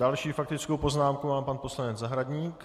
Další faktickou poznámku má pan poslanec Zahradník.